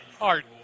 art